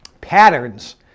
patterns